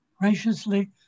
Graciously